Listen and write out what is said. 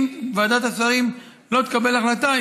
אם ועדת השרים לא תקבל החלטה,